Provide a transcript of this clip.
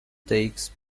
takes